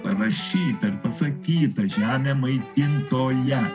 parašyta pasakyta žemė maitintoja